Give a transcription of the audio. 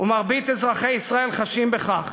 ומרבית אזרחי ישראל חשים בכך: